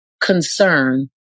concern